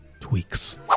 tweaks